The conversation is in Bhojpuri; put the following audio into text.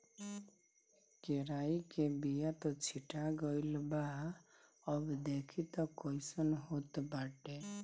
केराई के बिया त छीटा गइल बा अब देखि तअ कइसन होत बाटे